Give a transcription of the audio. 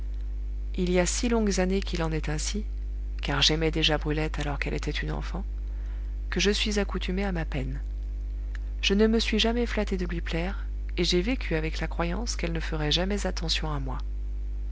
il y a si longues années qu'il en est ainsi car j'aimais déjà brulette alors qu'elle était une enfant que je suis accoutumé à ma peine je ne me suis jamais flatté de lui plaire et j'ai vécu avec la croyance qu'elle ne ferait jamais attention à moi